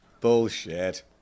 Bullshit